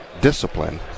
discipline